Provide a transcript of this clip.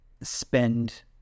spend